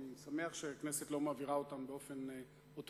ואני שמח שהכנסת לא מעבירה אותן באופן אוטומטי,